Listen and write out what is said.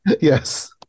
yes